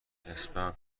اسمم